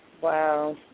Wow